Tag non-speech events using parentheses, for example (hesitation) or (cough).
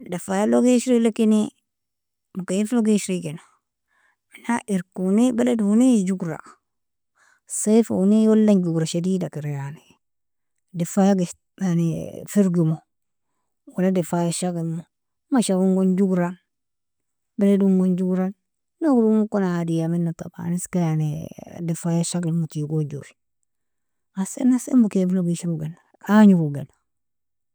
Difayalog ishri lakini mokiflog ishri gena, mena irkoni baladoni jogra siyfuni walan jogra shadidakera yani, difaya (hesitation) yani firgimo wala difaya shagilmo mashaongon jogra baladonion jogran nogron kon adia minna taban iska yani difaya shagilmo tigojori ahasan (hesitation) mokiflog ishrogena anjro gena.